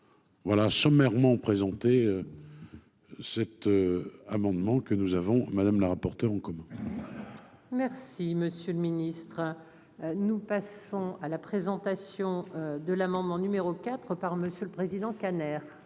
Voilà sommairement présenté cet amendement que nous avons madame la rapporteure en commun. Merci, monsieur le Ministre, nous passons à la présentation de l'amendement numéro 4 par Monsieur le Président, Kader.